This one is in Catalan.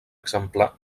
exemplar